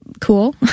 cool